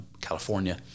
California